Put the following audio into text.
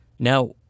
Now